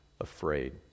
afraid